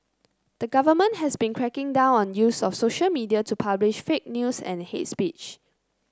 the government has been cracking down on the use of social media to publish fake news and hate speech